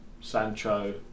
Sancho